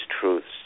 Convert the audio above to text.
truths